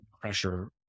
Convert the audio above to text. pressure